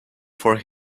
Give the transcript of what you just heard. for